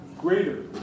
greater